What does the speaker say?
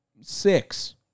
six